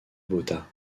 botha